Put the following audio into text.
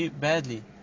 badly